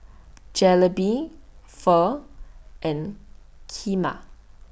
Jalebi Pho and Kheema